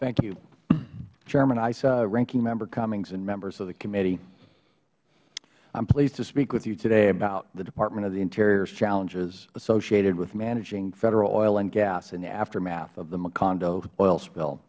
thank you chairman issa ranking member cummings and members of the committee i'm pleased to speak with you today about the department of the interior's challenges associated with managing federal oil and gas in the aftermath of the macondo oil spill